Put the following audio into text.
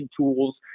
tools